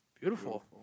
Beautiful